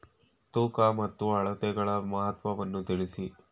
ತೂಕ ಮತ್ತು ಅಳತೆಗಳ ಮಹತ್ವವನ್ನು ತಿಳಿಸಿ?